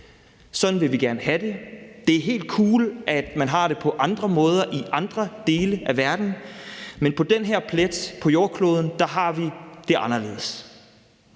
Sådan vil vi gerne have det. Det er helt cool, at man har det på andre måder i andre dele af verden, men på den her plet på jordkloden har vi det anderledes.